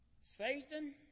Satan